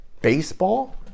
baseball